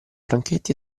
franchetti